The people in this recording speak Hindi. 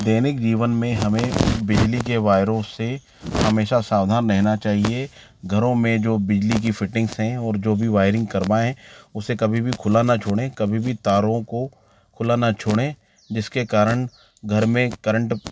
दैनिक जीवन में हमें बिजली के वायरों से हमेशा सावधान रहेना चाहिए घरों में जो बिजली की फ़िटिंग्स हैं और जो भी वायरिंग करवाऍं उसे कभी भी खुला न छोड़ें कभी भी तारों को खुला न छोड़ें जिसके कारण घर में करंट